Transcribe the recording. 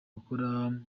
gukora